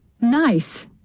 Nice